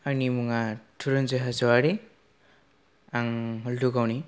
आंनि मुङा थुरुन्जय हाज'वारि आं हल्टुगावनि